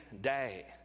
day